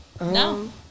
No